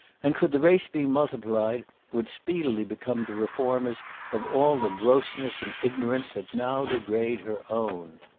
and, could the race be multiplied, would speedily become the reformers of all the grossness and ignorance that now degrade her own.